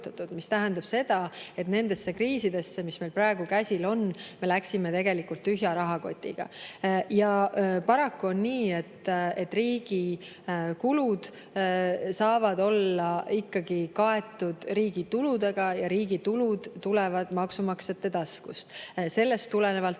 See tähendab seda, et nendesse kriisidesse, mis meil praegu käsil on, me läksime tegelikult tühja rahakotiga. Paraku on nii, et riigi kulud saavad olla ikkagi kaetud riigi tuludega ja riigi tulud tulevad maksumaksjate taskust. Sellest tulenevalt